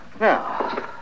Now